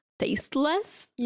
tasteless